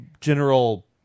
general